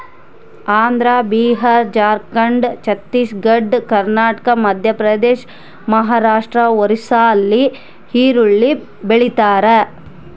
ಆಂಧ್ರ ಬಿಹಾರ ಜಾರ್ಖಂಡ್ ಛತ್ತೀಸ್ ಘಡ್ ಕರ್ನಾಟಕ ಮಧ್ಯಪ್ರದೇಶ ಮಹಾರಾಷ್ಟ್ ಒರಿಸ್ಸಾಲ್ಲಿ ಹುರುಳಿ ಬೆಳಿತಾರ